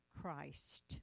Christ